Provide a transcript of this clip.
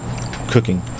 cooking